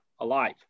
alive